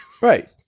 Right